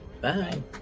Bye